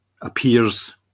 appears